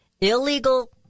Illegal